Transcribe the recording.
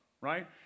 right